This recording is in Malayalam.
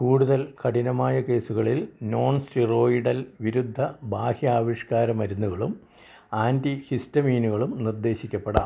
കൂടുതൽ കഠിനമായ കേസുകളിൽ നോൺ സ്റ്റിറോയിഡൽ വിരുദ്ധ ബാഹ്യാവിഷ്ക്കാര മരുന്നുകളും ആൻറ്റി ഹിസ്റ്റമീനുകളും നിർദ്ദേശിക്കപ്പെടാം